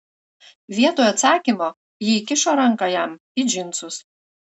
vietoj atsakymo ji įkišo ranką jam į džinsus